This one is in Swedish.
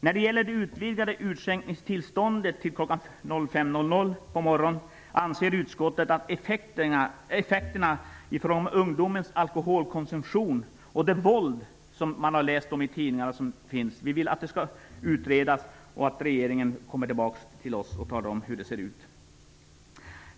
När det gäller det utvidgade utskänkningstillståndet till kl. 05.00 på morgonen anser utskottet att effekterna av ungdomens alkoholkonsumtion och det våld som enligt tidningarna förekommer skall utredas. Regeringen skall sedan återkomma till riksdagen med resultatet av utredningen.